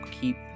keep